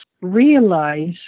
realize